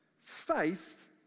Faith